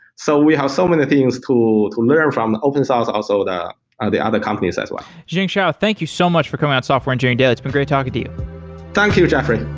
so we have so many things to learn from open source, also the the other companies as well zhenxiao, thank you so much for coming on software engineering daily. it's been great talking to you thank you, jeffery.